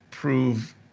prove